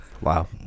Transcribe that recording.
Wow